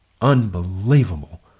Unbelievable